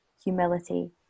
humility